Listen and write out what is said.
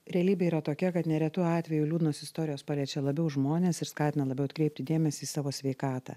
realybė yra tokia kad neretu atveju liūdnos istorijos paliečia labiau žmones ir skatina labiau atkreipti dėmesį į savo sveikatą